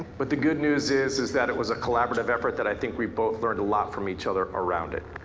but the good news is is that it was a collaborative effort that i think we both learned a lot from each other around it.